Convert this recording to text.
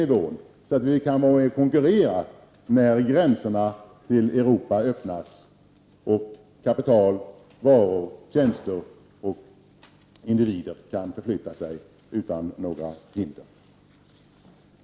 Därmed kan vi vara med och konkurrera när gränserna till Europa öppnas, och kapital, varor, tjänster och individer kan förflytta sig utan några hinder.